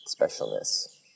specialness